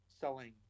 selling